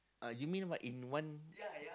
uh you mean what in one ya ya